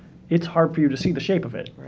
it's hard for you to see the shape of it.